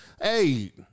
hey